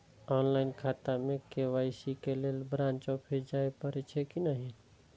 Online खाता में KYC के लेल ब्रांच ऑफिस जाय परेछै कि नहिं?